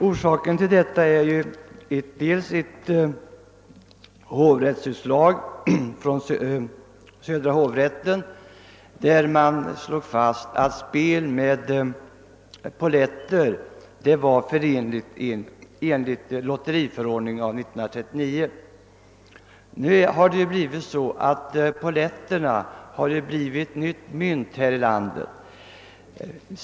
Orsaken till detta är bl.a. ett hovrättsutslag vari det fastslogs att spel med polletter är förenligt med lotteriförordningen av 1939. Polletterna har blivit ett nytt mynt här i landet.